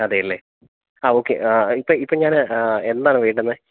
അതേ അല്ലെ ആ ഓക്കെ ഇപ്പം ഇപ്പം ഞാന് എന്നാണ് വേണ്ടുന്നത്